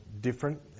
different